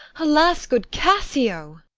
alas, good cassio!